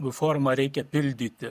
nu formą reikia pildyti